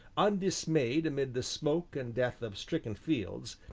undismayed amid the smoke and death of stricken fields,